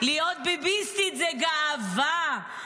להיות ביביסטית זה גאווה.